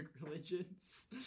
religions